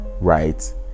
right